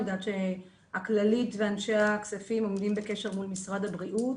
אני יודעת שהכללית ואנשי הכספים עומדים בקשר מול משרד הבריאות